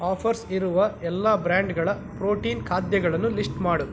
offers ಇರುವ ಎಲ್ಲ ಬ್ರ್ಯಾಂಡ್ಗಳ ಪ್ರೋಟೀನ್ ಖಾದ್ಯಗಳನ್ನು ಲಿಶ್ಟ್ ಮಾಡು